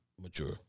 mature